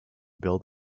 build